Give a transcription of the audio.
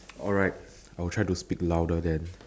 alright I will try to speak louder then